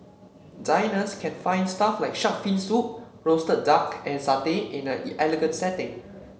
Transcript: diners can find stuff like shark fin soup roasted duck and satay in an elegant setting